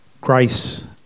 grace